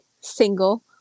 single